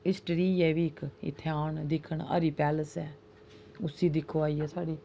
history एह बी इक इत्थै आन दिक्खन हरि पैलेस ऐ उसी दिक्खो आइयै साढ़ै